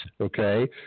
okay